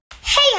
Hey